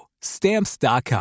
Stamps.com